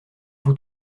vous